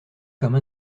comme